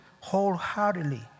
wholeheartedly